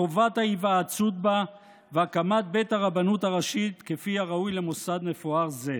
חובת היוועצות בה והקמת בית הרבנות הראשית כפי הראוי למוסד מפואר זה.